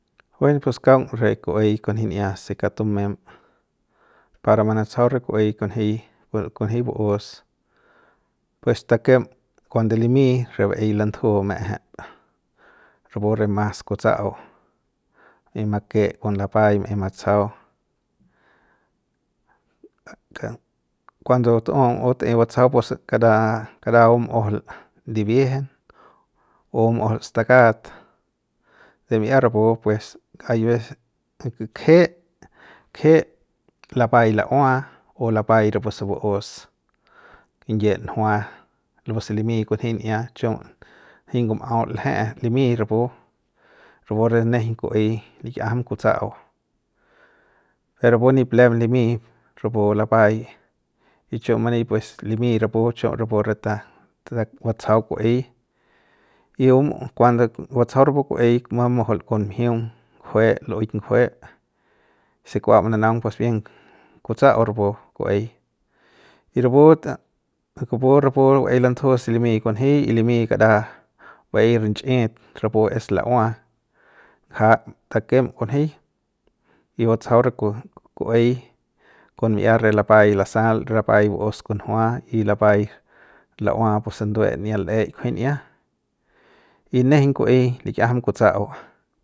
Buen pues kaung re ku'uey kunji'a se kaung tumem para manatsajau re ku'uey kunji kunji ba'us pues takem kuande limy re ba'ey lantju ma'ejep rapu re mas kutsa'au y make kon lapay maey matsajau ka kuando tu'um bat'ey batsajau pus kara kara bum'ujul ndibiejen o bum'ujul stakat de mi'ia rapu pues hay veces kje kje lapay la'ua o lapay rapu se ba'us kinkinyie njua la pu se limy kunji'a chiu nji ngum'au l'eje limy rapu rapu re nejeiñ ku'uey lik'iajam kutsa'au per rapu nip lem limy rapu lapay y chu many pues limy rapu chu rapu re ta ta batsajau ku'ey y bum kuando batsajau rapu ku'uey mamujul kon mjiung ngujue luuik ngujue se kua mananaung pues bien kutsa'au rapu ku'uey y rapu ta kupu rapu baey landu'ju se limi kunji y limy kara ba'ey rinch'it rapu es la'ua nja takem kunjiy batsajau re ku ku'uey kon mi'ia re lapay lasal rapai ba'us kunjua y lapay la'ua rapuse n'iat l'eyk kunji'ia nejeiñ ku'uey likiajam kutsa'u.